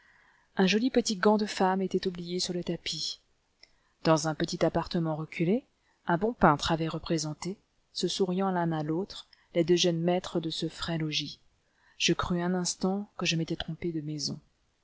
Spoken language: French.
un joli petit gant de femme était oublié sur le tapis dans un petit appartement reculé un bon peintre avait représenté se souriant l'un à l'autre les deux jeunes maîtres de ce frais logis je crus un instant que je m'étais trompé de maison